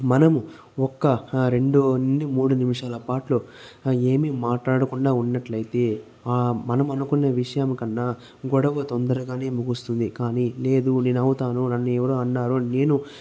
మనం ఒక్క రెండవ నుండి మూడు నిమిషాల పాటు ఏమి మాట్లాడకుండా ఉన్నట్లయితే మనం అనుకున్న విషయం కన్నా గొడవ తొందరగానే ముగుస్తుంది కానీ లేదు నేను అవుతాను నన్ను ఎవరు అన్నారు నేను